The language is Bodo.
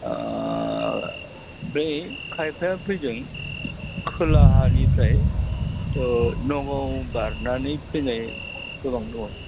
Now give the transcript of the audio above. बै खायफाया फैदों खोलाहानिफ्राय नगाव बारनानै फैनाय गोबां दङ